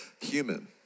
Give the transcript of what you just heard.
human